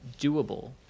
doable